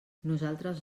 nosaltres